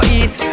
eat